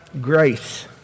grace